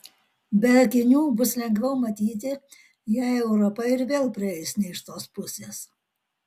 be akinių bus lengviau matyti jei europa ir vėl prieis ne iš tos pusės